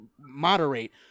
moderate